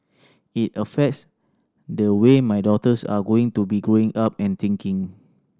it affects the way my daughters are going to be growing up and thinking